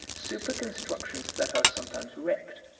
super-constructions that are sometimes wrecked,